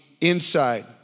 inside